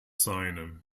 seine